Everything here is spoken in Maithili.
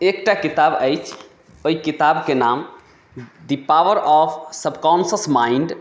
एकटा किताब अछि ओहि किताबके नाम the power of subconscious mind